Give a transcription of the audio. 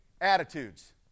Attitudes